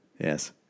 Yes